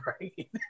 Right